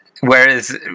Whereas